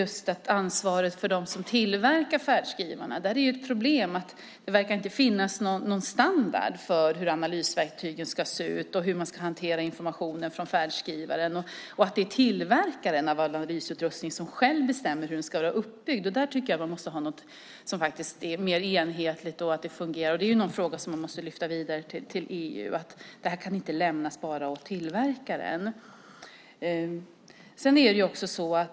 När det gäller ansvaret för dem som tillverkar färdskrivarna är det ett problem att det inte verkar finnas någon standard för hur analysverktygen ska se ut och för hur man ska hantera informationen från färdskrivaren samt att tillverkaren av analysutrustning själv bestämmer uppbyggnaden. Där tycker jag att det behövs något som är mer enhetligt och som fungerar. Den här frågan måste föras vidare till EU, för detta kan inte lämnas enbart åt tillverkaren.